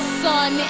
sun